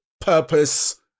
Purpose